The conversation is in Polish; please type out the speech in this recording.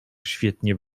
świetnie